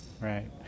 Right